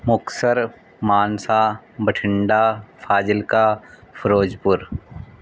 Muktsar Mansa Bathinda Fazilka Firozpur